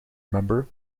member